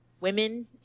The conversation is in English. women